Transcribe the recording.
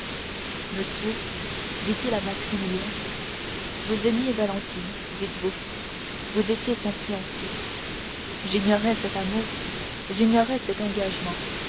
monsieur dit-il à maximilien vous aimiez valentine dites-vous vous étiez son fiancé j'ignorais cet amour j'ignorais cet engagement